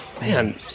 Man